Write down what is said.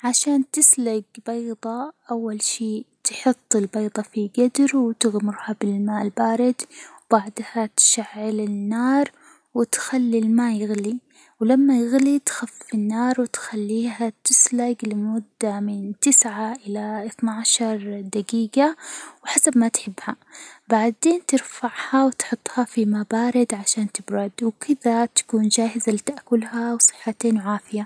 عشان تسلج بيضة، أول شي تحط البيضة في جدر وتغمرها بالماء البارد، بعدها تشعل النار وتخلي الماء يغلي، ولما يغلي تخفف النار وتخليها تسلج لمدة من تسعة إلى اثني عشر دجيجة وحسب ما تحبها، بعدين ترفعها وتحطها في ماء بارد عشان تبرد، وكذا تكون جاهزة لتأكلها وصحتين وعافية.